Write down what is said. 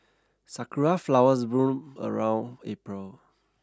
sakura flowers bloom around April